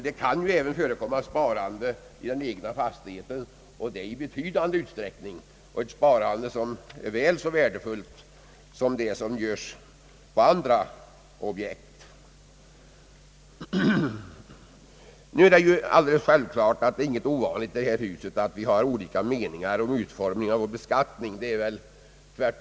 Det kan ju även förekomma sparande i den egna fastigheten, och det i betydande omfattning. Detta sparande är kanske väl så värdefullt som det som avser andra objekt. Nu är det ingenting ovanligt att vi i detta hus har olika meningar om utformningen av beskattningen.